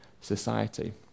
society